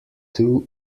two